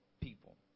people